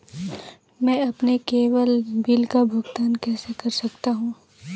मैं अपने केवल बिल का भुगतान कैसे कर सकता हूँ?